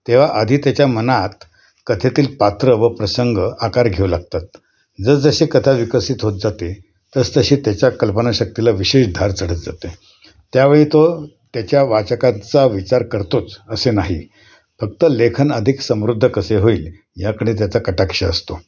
तेव्हा आधी त्याच्या मनात कथेतील पात्र व प्रसंग आकार घेऊ लागतात जसंजशे कथा विकसित होत जाते तसंतशे त्याच्या कल्पनाशक्तीला विशेष धार चढत जाते त्यावेळी तो त्याच्या वाचकांचा विचार करतोच असे नाही फक्त लेखन अधिक समृद्ध कसे होईल याकडे त्याचा कटाक्ष असतो